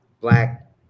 black